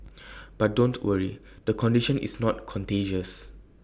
but don't worry the condition is not contagious